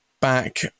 back